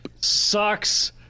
sucks